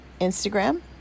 Instagram